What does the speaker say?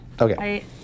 Okay